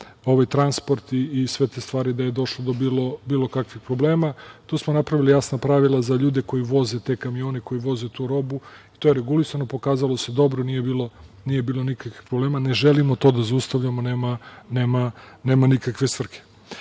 ovaj transport i sve te stvari, da je došlo do bilo kakvih problema. Tu smo napravili jasna pravila za ljude koji voze te kamione, koji voze tu robu. To je regulisano, pokazalo se, dobro. Nije bilo nikakvih problema. Ne želimo to da zaustavljamo, nema nikakve svrhe. Što